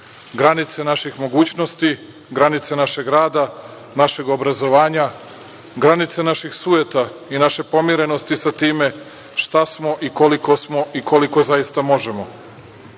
granice naših mogućnosti, granice našeg rada, našeg obrazovanja, granice naših sujeta i naše pomirenosti sa time šta smo i koliko smo i koliko zaista možemo. Kada